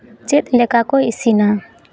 ᱪᱮᱫ ᱞᱮᱠᱟ ᱠᱚ ᱤᱥᱤᱱᱟ